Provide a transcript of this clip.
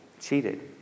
cheated